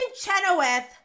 Chenoweth